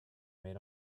made